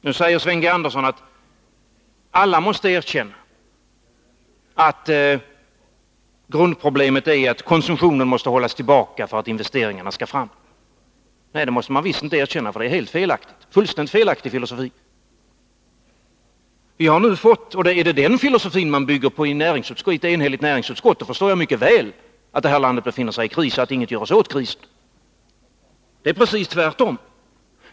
Nu säger Sven G. Andersson att alla måste erkänna att grundproblemet är att konsumtionen måste hållas tillbaka för att investeringarna skall fram. Nej, det måste man visst inte erkänna, för det är en fullständigt felaktig filosofi. Är det den filosofin man bygger på i ett enhälligt näringsutskott, förstår jag mycket väl att det här landet befinner sig i kris och att ingenting görs åt krisen. Det är precis tvärtom.